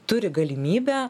turi galimybę